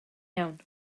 iawn